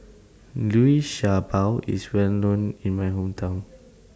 Liu Sha Bao IS Well known in My Hometown